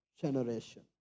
generation